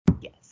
Yes